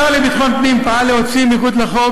השר לביטחון פנים פעל להוציא מחוץ לחוק